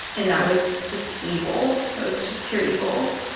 and that was just evil. that was just pure evil